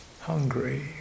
hungry